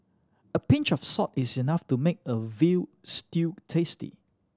a pinch of salt is enough to make a veal stew tasty